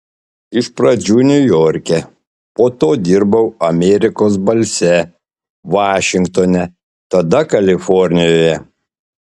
iš pradžių niujorke po to dirbau amerikos balse vašingtone tada kalifornijoje